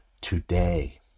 today